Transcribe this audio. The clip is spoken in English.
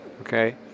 okay